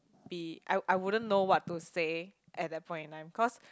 be I I wouldn't know what to say at that point in time cause